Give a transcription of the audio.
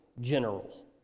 general